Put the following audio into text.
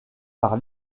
par